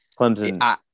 clemson